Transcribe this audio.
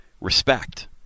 respect